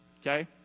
Okay